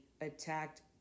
attacked